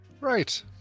Right